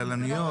כוללניות,